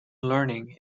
learning